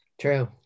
True